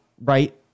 right